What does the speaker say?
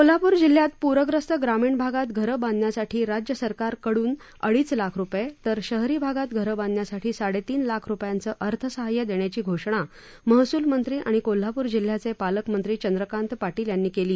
कोल्हापूर जिल्ह्यात पूर्यस्त ग्रामीण भागात घरं बांधण्यासाठी राज्य सरकारकडून अडीच लाख रूपये तर शहरी भागात घरं बांधण्यासाठी साडेतीन लाख रूपयांचं अर्थसहाय्य देण्याची घोषणा महसूल मंत्री आणि कोल्हापूर जिल्ह्याचे पालकमंत्री चंद्रकांत पाटील यांनी केली